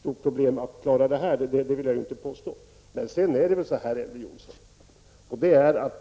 stort problem att klara av detta.